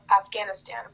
Afghanistan